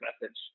message